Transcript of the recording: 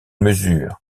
mesure